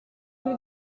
nous